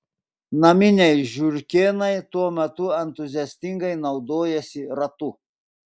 naminiai žiurkėnai tuo metu entuziastingai naudojasi ratu